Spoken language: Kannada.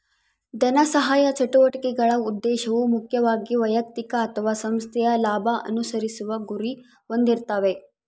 ಧನಸಹಾಯ ಚಟುವಟಿಕೆಗಳ ಉದ್ದೇಶವು ಮುಖ್ಯವಾಗಿ ವೈಯಕ್ತಿಕ ಅಥವಾ ಸಂಸ್ಥೆಯ ಲಾಭ ಅನುಸರಿಸುವ ಗುರಿ ಹೊಂದಿರ್ತಾವೆ